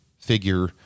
figure